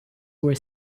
were